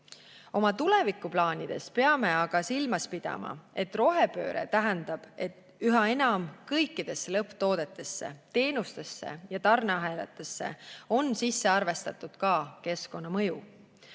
Oma tulevikuplaanides peame aga silmas pidama, et rohepööre tähendab, et üha enam on kõikidesse lõpptoodetesse, teenustesse ja tarneahelatesse sisse arvestatud ka keskkonnamõju.